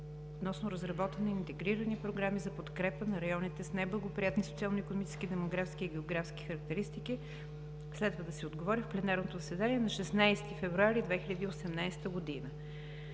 относно разработване на интегрирани програми за подкрепа на районите с неблагоприятни социално-икономически, демографски и географски характеристики. Следва да се отговори в пленарното заседание на 16 февруари 2018 г.